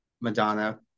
Madonna